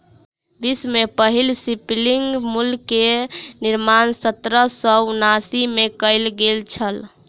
विश्व में पहिल स्पिनिंग म्यूल के निर्माण सत्रह सौ उनासी में कयल गेल छल